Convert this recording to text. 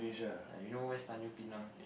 ya you know where's Tanjong Pinang